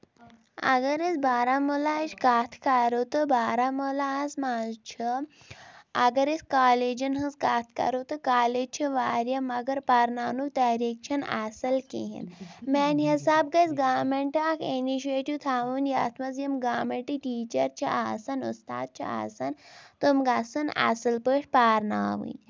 اَگر أسۍ بارہمولہٕچ کَتھ کَرو تہٕ بارہمولہ ہس منٛز چھُ اَگر أسۍ کالیجن ہنز کَتھ کرو تہٕ کالیج چھِ واریاہ مَگر پَرناونُک طٔریٖقہٕ چھُ نہٕ اَصٕل کِہینۍ میانہِ حِسابہٕ گژھِ گورمینٹ اکھ اِنشیٹِیٚو تھوُن یَتھ منٛز یِم گورمینٹ ٹیٖچر چھِ آسان اُستاد چھِ آسان تِم گژھن اَصٕل پٲٹھۍ پَرناؤنۍ